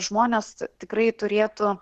žmonės tikrai turėtų